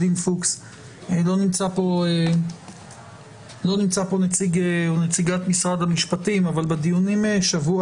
לא נמצא כאן נציג או נציגת משרד המשפטים אבל בדיונים בשבוע